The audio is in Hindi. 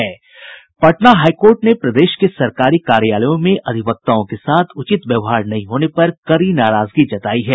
पटना हाईकोर्ट ने प्रदेश के सरकारी कार्यालयों में अधिवक्ताओं के साथ उचित व्यवहार नहीं होने पर कड़ी नाराजगी जतायी है